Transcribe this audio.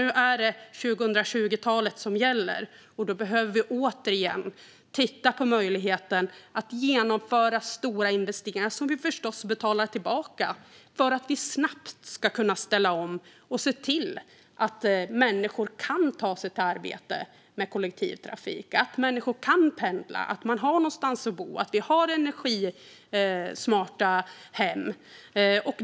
Nu är det 2020-talet som gäller, och nu behöver vi återigen titta på möjligheten att genomföra stora investeringar - som vi förstås betalar tillbaka - för att snabbt kunna ställa om. Det handlar om att se till att människor kan ta sig till arbetet med kollektivtrafik. Människor ska kunna pendla, och de ska ha någonstans att bo. Vi ska ha energismarta hem.